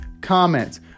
comments